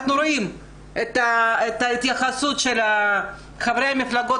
אנחנו רואים את ההתייחסות של חברי מפלגות